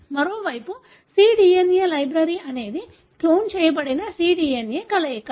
మరోవైపు cDNA library అనేది clone చేయబడిన cDNA కలయిక